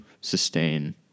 sustain